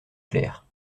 clair